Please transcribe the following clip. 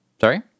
Sorry